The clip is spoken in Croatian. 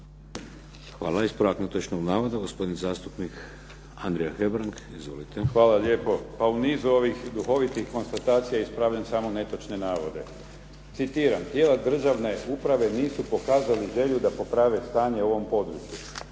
Hvala. Ispravak netočnog navoda. Gospodin zastupnik Andrija Hebrang. Izvolite. **Hebrang, Andrija (HDZ)** Hvala lijepo. Pa u nizu ovih duhovitih konstatacija ispravljam samo netočne navode. Citiram: "tijela državne uprave nisu pokazala želju da poprave stanje u ovom području".